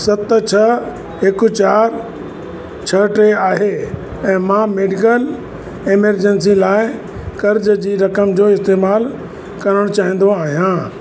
सत छह हिकु चारि छह टे आहे ऐं मां मैडिकल एमरजेंसी लाइ कर्ज़ जी रक़म जो इस्तेमालु करणु चाहींदो आहियां